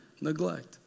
Neglect